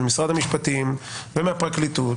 ממשרד המשפטים ומהפרקליטות,